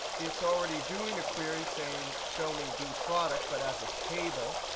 it's already doing a query saying show me dproduct, but as a table.